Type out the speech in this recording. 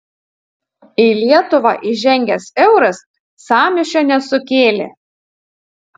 į lietuvą įžengęs euras sąmyšio nesukėlė